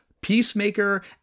Peacemaker